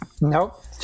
nope